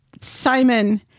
Simon